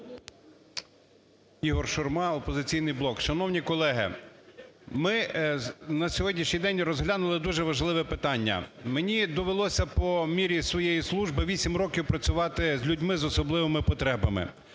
ІгорШурма, "Опозиційний блок". Шановні колеги, ми на сьогоднішній день розглянули дуже важливе питання. Мені довелося по мірі своєї служби вісім років працювати з людьми з особливими потребами.